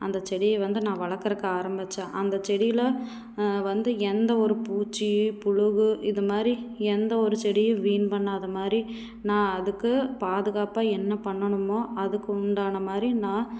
அந்த செடியை வந்து நன வளர்க்குறக்கு ஆரம்பிச்சேன் அந்த செடியில் வந்து எந்த ஒரு பூச்சி புழுவு இது மாதிரி எந்த ஒரு செடியும் வீண் பண்ணாத மாதிரி நான் அதுக்கு பாதுகாப்பாக என்ன பண்ணணுமோ அதுக்கு உண்டான மாதிரி நான்